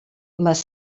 les